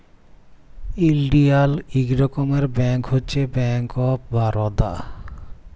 ইলডিয়াল ইক রকমের ব্যাংক হছে ব্যাংক অফ বারদা